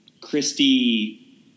Christy